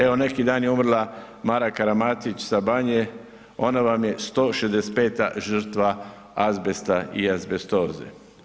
Evo, neki dan je umrla Mara Karamatić Sabanje, ona vam je 165 žrtva azbesta i azbestoze.